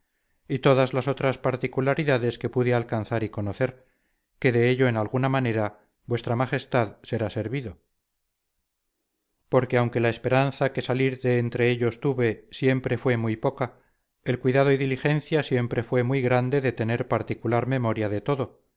y todas las otras particularidades que pude alcanzar y conocer que de ello en alguna manera vuestra majestad será servido porque aunque la esperanza de salir de entre ellos tuve siempre fue muy poca el cuidado y diligencia siempre fue muy grande de tener particular memoria de todo